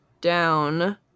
down